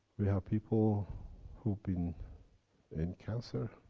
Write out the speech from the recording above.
we have people who've been in cancer.